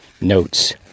notes